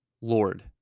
Lord